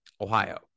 Ohio